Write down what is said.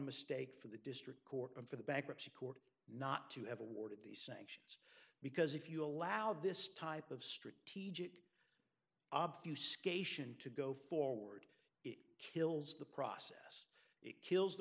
mistake for the district court and for the bankruptcy court not to have awarded these sanctions because if you allow this type of strategic obtuse cation to go forward it kills the process it kills the